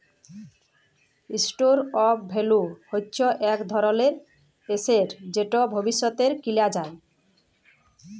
store of value হচ্যে ইক ধরলের এসেট যেট ভবিষ্যতে কিলা যায়